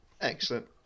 excellent